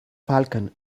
falcon